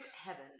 heaven